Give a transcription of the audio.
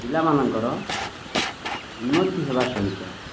ପିଲାମାନଙ୍କର ଉନ୍ନତି ହେବା ସହିତ